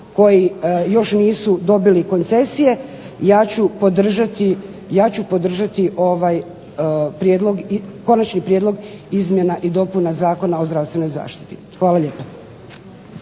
koji još nisu dobili koncesije ja ću podržati ovaj konačni prijedlog izmjena i dopuna Zakona o zdravstvenoj zaštiti. Hvala lijepo.